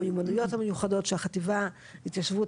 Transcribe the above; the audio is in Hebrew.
המיומנויות המיוחדות שהחטיבה להתיישבות